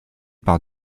par